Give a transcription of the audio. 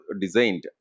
designed